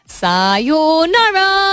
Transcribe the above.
sayonara